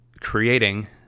creating